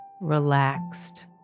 relaxed